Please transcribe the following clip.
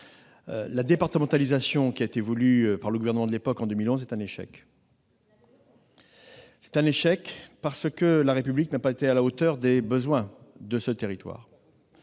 La départementalisation qui a été voulue par le gouvernement de l'époque, en 2011, est un échec. Vous l'avez votée ! C'est un échec parce que la République n'a pas été à la hauteur des besoins de ce territoire.